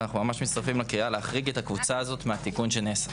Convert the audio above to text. ואנחנו ממש מצטרפים לקריאה להחריג את הקבוצה הזאת מהתיקון שנעשה.